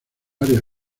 áreas